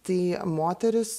tai moteris